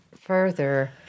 Further